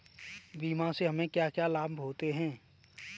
बीमा से हमे क्या क्या लाभ होते हैं?